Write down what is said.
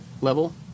level